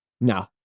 No